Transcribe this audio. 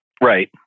Right